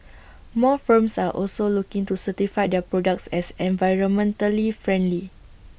more firms are also looking to certify their products as environmentally friendly